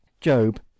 Job